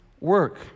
work